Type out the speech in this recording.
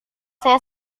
saya